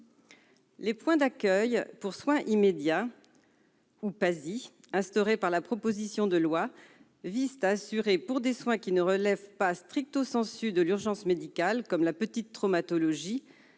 Les points d'accueil pour soins immédiats (PASI), instaurés par la proposition de loi visent à assurer, pour des soins qui ne relèvent pas de l'urgence médicale, comme la petite traumatologie,